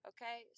Okay